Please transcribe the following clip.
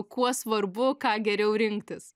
kuo svarbu ką geriau rinktis